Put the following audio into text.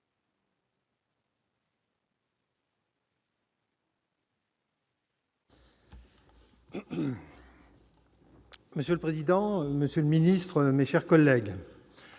Monsieur le président, monsieur le ministre, mes chers collègues,